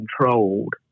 controlled